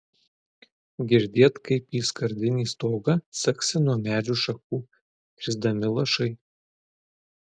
girdėt kaip į skardinį stogą caksi nuo medžių šakų krisdami lašai